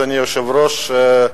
אדוני היושב-ראש,